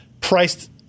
priced